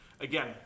Again